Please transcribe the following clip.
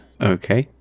Okay